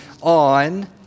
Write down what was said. on